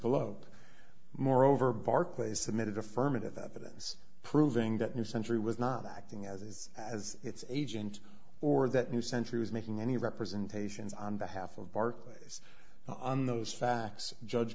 up moreover barclays submitted affirmative evidence proving that new century was not acting as his as its agent or that new century was making any representations on behalf of barclays on those facts judge